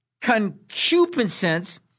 concupiscence